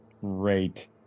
great